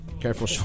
Careful